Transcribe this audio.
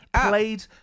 Played